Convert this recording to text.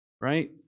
right